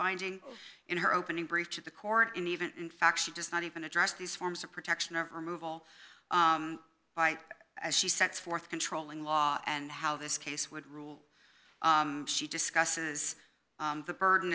finding in her opening brief to the court and even in fact she does not even address these forms of protection or removal by as she sets forth controlling law and how this case would rule she discusses the burden